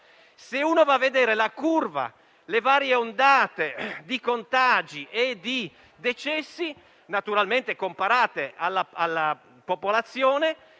se si va a vedere la curva con le varie ondate di contagi e di decessi, naturalmente comparate alla popolazione,